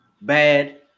bad